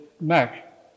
Mac